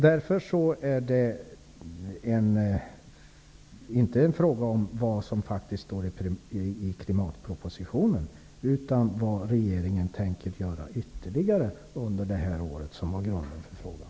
Därför är det inte vad som faktiskt står i klimatpropositionen, utan vad regeringen tänker göra ytterligare under det här året som är grundval för frågan.